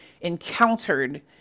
encountered